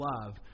love